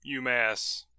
UMass